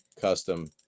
custom